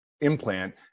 implant